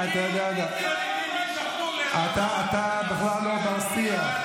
48' אתה בכלל לא בר-שיח.